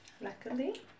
luckily